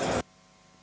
Hvala.